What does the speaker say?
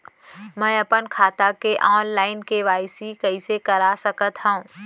मैं अपन खाता के ऑनलाइन के.वाई.सी कइसे करा सकत हव?